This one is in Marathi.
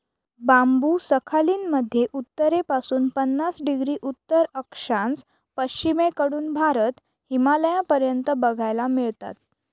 बांबु सखालीन मध्ये उत्तरेपासून पन्नास डिग्री उत्तर अक्षांश, पश्चिमेकडून भारत, हिमालयापर्यंत बघायला मिळतात